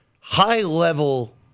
high-level